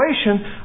situation